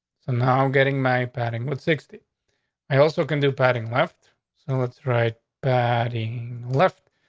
so now getting my patting with sixty i also can do patting left. so it's right baddie left.